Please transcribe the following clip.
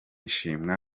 shima